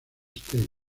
state